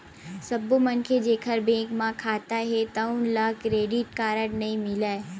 सब्बो मनखे जेखर बेंक म खाता हे तउन ल क्रेडिट कारड नइ मिलय